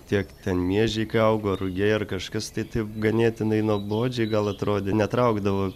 tiek ten miežiai augo rugiai ar kažkas tai taip ganėtinai nuobodžiai gal atrodė netraukdavo